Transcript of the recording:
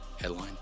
Headline